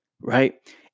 right